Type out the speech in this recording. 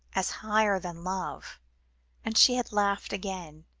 as higher than love and she had laughed again,